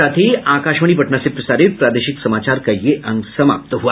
इसके साथ ही आकाशवाणी पटना से प्रसारित प्रादेशिक समाचार का ये अंक समाप्त हुआ